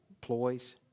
ploys